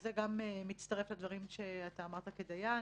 וזה גם מצטרף לדברים שאמרת כטוען